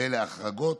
אלה ההחרגות,